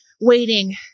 waiting